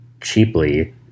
cheaply